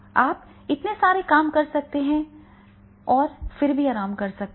आप इतने सारे काम कर सकते हैं और फिर भी आराम से रह सकते हैं